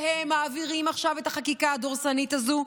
והם מעבירים עכשיו את החקיקה הדורסנית הזו,